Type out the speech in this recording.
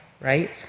right